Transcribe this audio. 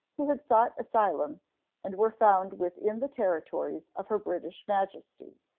who had sought asylum and were found within the territories of her british majesty,